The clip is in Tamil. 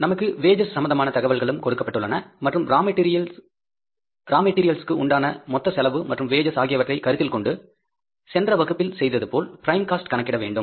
நமக்கு வேஜஸ் சம்பந்தமான தகவல்களும் கொடுக்கப்பட்டுள்ளன மற்றும் ரா மெடீரியல்ஸ்க்கு உண்டான மொத்த செலவு மற்றும் வேஜஸ் ஆகியவற்றை கருத்தில் கொண்டு சென்ற வகுப்பில் செய்ததுபோல் பிரைம் காஸ்ட் கணக்கிட வேண்டும்